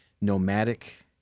nomadic